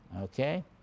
Okay